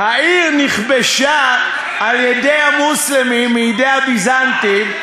העיר נכבשה על-ידי המוסלמים מידי הביזנטים,